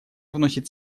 вносит